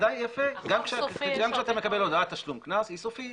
גם כשאתה מקבל הודעת תשלום קנס, היא סופית.